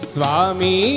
Swami